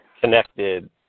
connected